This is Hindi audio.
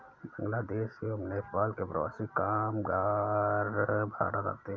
बांग्लादेश एवं नेपाल से प्रवासी कामगार भारत आते हैं